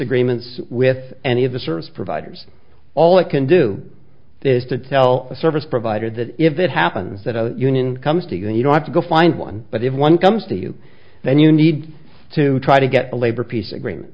agreements with any of the service providers all it can do is to tell the service provider that if it happens that a union comes to you and you don't have to go find one but if one comes to you then you need to try to get the labor peace agreement